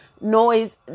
noise